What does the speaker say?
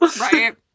right